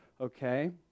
okay